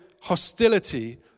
hostility